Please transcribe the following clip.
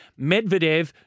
Medvedev